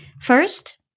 First